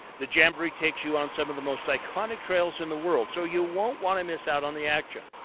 the jamboree takes you on some of the most iconic trails in the world, so you won't want to miss out on the action.